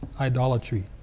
idolatry